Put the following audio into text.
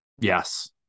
Yes